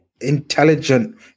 intelligent